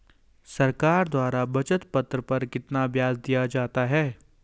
सरकार द्वारा बचत पत्र पर कितना ब्याज दिया जाता है?